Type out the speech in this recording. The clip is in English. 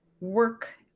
work